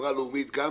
כחברה לאומית גם